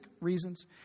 reasons